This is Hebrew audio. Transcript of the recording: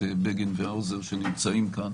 בגין והאוזר וחברת הכנסת בזק שנמצאים כאן